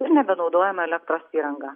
ir nebenaudojama elektros įranga